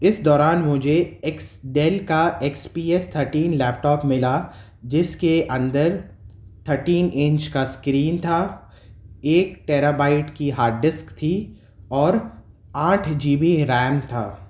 اس دوران مجھے ایکس ڈیل کا X P S thirteen laptop ملا جس کے اندر تھرٹین انچ کا اسکرین تھا ایک ٹیرا بائٹ کی ہارڈ ڈسک تھی اور آٹھ جی بی ریم تھا